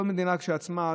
כל מדינה כשלעצמה,